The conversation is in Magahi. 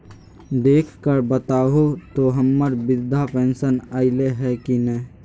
देख कर बताहो तो, हम्मर बृद्धा पेंसन आयले है की नय?